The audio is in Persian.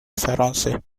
فرانسه